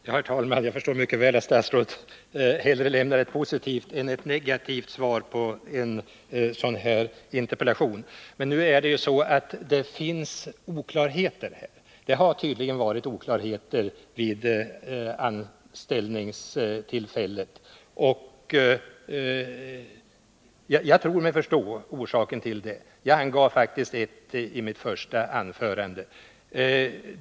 Herr talman! Jag förstår mycket väl att statsrådet hellre lämnar ett positivt än ett negativt svar på en sådan här interpellation. Men det finns oklarheter i det här fallet, bl.a. förhåller det sig tydligen så när det gäller informationen vid anställningstillfället. Jag tror mig emellertid förstå orsaken till detta — jag var inne på det redan i mitt första anförande.